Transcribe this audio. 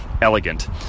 elegant